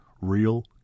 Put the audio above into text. real